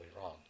wrong